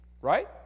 Right